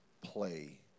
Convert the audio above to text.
play